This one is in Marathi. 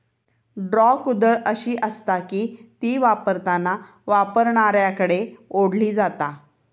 ड्रॉ कुदळ अशी आसता की ती वापरताना वापरणाऱ्याकडे ओढली जाता